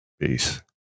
Peace